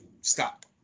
stop